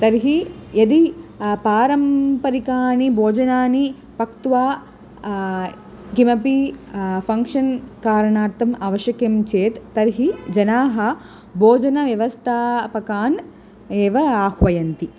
तर्हि यदि पारम्परिकानि भोजनानि पक्त्वा किमपि फ़ङ्ग्क्षन् कारणार्थम् आवश्यकं चेत् तर्हि भोजनव्यवस्थापकान् एव आह्वयन्ति